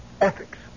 ethics